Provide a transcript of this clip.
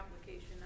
application